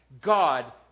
God